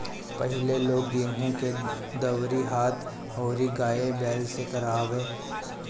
पहिले लोग गेंहू के दवरी हाथ अउरी गाय बैल से करवावे